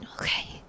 Okay